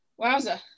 Wowza